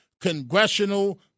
congressional